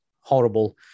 horrible